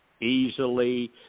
easily